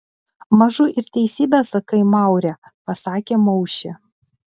mažu ir teisybę sakai maure pasakė maušė